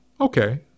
Okay